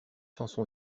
chanson